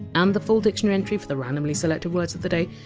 and the full dictionary entry for the randomly selected words of the day,